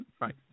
right